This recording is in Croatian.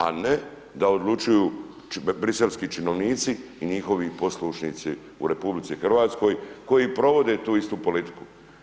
A ne da odlučuju briselski činovnici i njihovi poslušnici u RH koji provode tu istu politiku.